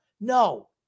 No